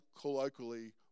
colloquially